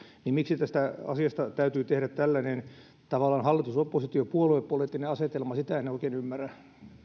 niin miksi tästä asiasta täytyy tavallaan tehdä tällainen puoluepoliittinen hallitus oppositio asetelma sitä en oikein ymmärrä